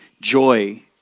joy